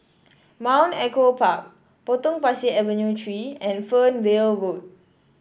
Mount Echo Park Potong Pasir Avenue Three and Fernvale Road